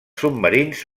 submarins